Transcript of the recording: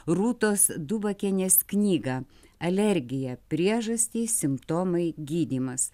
rūtos dubakienės knygą alergija priežastys simptomai gydymas